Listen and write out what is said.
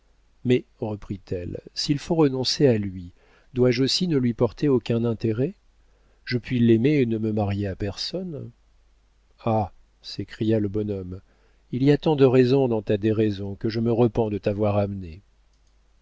mais reprit-elle s'il faut renoncer à lui dois-je aussi ne lui porter aucun intérêt je puis l'aimer et ne me marier à personne ah s'écria le bonhomme il y a tant de raison dans ta déraison que je me repens de t'avoir amenée